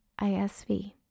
ISV